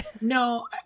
no